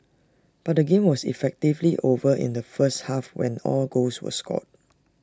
but the game was effectively over in the first half when all goals were scored